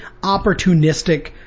opportunistic